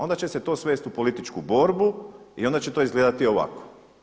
Onda će se to svest u političku borbu i onda će to izgledati ovako.